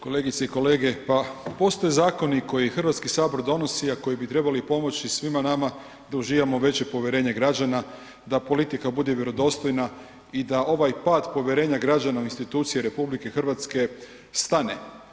Kolegice i kolege, pa postoje zakoni koje HS donosi, a koji bi trebali pomoći svima nama da uživamo veće povjerenje građana da politika bude vjerodostojna i da ovaj pad povjerenja građana u institucije RH stane.